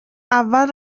اول